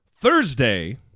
Thursday